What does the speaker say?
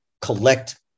collect